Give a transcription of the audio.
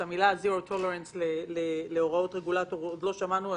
את המילה zero tolerance להוראות רגולטור עוד לא שמענו,